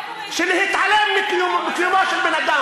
של לא להגיד שלום, של להתעלם מקיומו של בן-אדם.